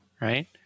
right